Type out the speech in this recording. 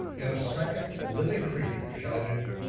and a second living creature shouted,